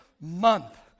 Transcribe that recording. month